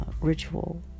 ritual